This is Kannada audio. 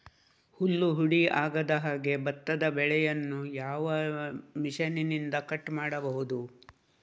ಹುಲ್ಲು ಹುಡಿ ಆಗದಹಾಗೆ ಭತ್ತದ ಬೆಳೆಯನ್ನು ಯಾವ ಮಿಷನ್ನಿಂದ ಕಟ್ ಮಾಡಬಹುದು?